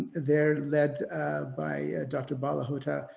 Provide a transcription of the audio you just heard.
they're led by dr bala hotel,